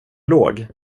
låg